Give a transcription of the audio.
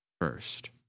first